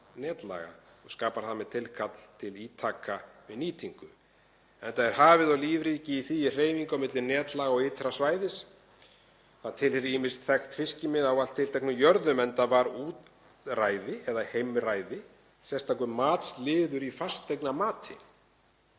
og skapar þar með tilkall til ítaka við nýtingu, enda er hafið og lífríki í því á hreyfingu milli netlaga og ytra svæðis. Ýmis þekkt fiskimið tilheyra ávallt tilteknum jörðum, enda var útræði eða heimræði sérstakur matsliður í fasteignamati.